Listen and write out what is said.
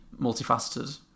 multifaceted